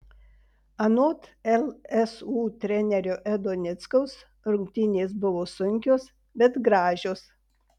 anot lsu trenerio edo nickaus rungtynės buvo sunkios bet gražios